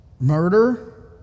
Murder